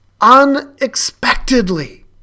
unexpectedly